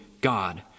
God